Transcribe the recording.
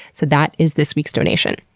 so that is this weeks donation.